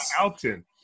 Alton